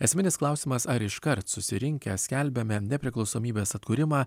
esminis klausimas ar iškart susirinkę skelbiame nepriklausomybės atkūrimą